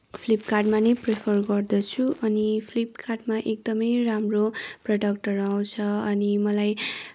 फ्लिपकार्टमा नै प्रिफर गर्दछु अनि फ्लिपकार्टमा एकदमै राम्रो प्रडक्टहरू आउँछ अनि मलाई